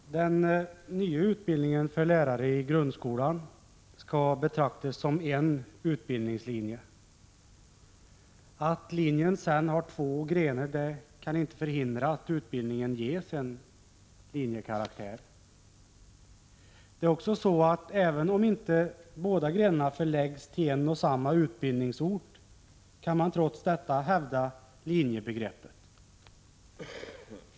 Herr talman! Den nya utbildningen för lärare i grundskolan skall betraktas som en utbildningslinje. Att linjen sedan har två grenar kan inte förhindra att utbildningen ges en linjekaraktär. Även om inte båda grenarna förläggs till en och samma utbildningsort kan man hävda linjebegreppet.